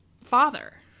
father